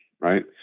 right